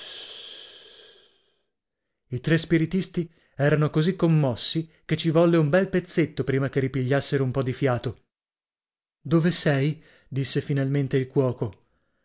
i tre spiritisti erano così commossi che ci volle un bel pezzetto prima che ripigliassero un po di fiato dove sei disse finalmente il cuoco